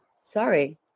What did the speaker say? Sorry